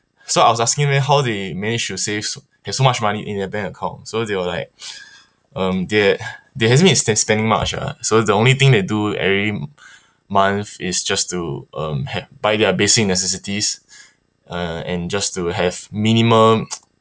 so I was asking them how they managed to save so have so much money in their bank account so they were like um they they hasn't been spe~ spending much uh so the only thing they do every month is just to um have buy their basic necessities uh and just to have minimum